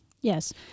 Yes